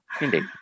Indeed